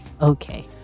okay